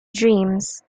dreams